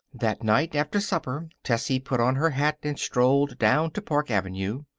that night, after supper, tessie put on her hat and strolled down to park avenue.